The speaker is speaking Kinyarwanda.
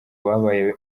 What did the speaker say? babaye